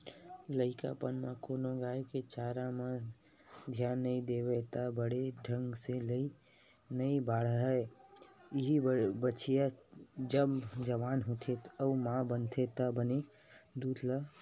लइकापन म कोनो गाय के चारा म धियान नइ देबे त बने ढंग ले नइ बाड़हय, इहीं बछिया जब जवान होथे अउ माँ बनथे त बने दूद नइ देवय